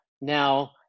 now